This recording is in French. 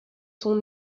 sont